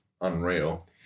unreal